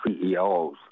CEOs